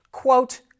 quote